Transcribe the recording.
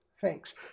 thanks